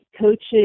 coaches